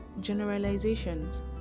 generalizations